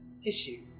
tissue